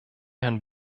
herrn